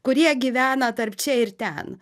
kurie gyvena tarp čia ir ten